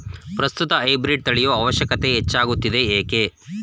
ಪ್ರಸ್ತುತ ಹೈಬ್ರೀಡ್ ತಳಿಯ ಅವಶ್ಯಕತೆ ಹೆಚ್ಚಾಗುತ್ತಿದೆ ಏಕೆ?